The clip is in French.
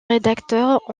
rédacteurs